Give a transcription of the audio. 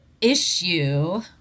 issue